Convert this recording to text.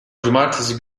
cumartesi